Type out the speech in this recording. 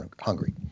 hungry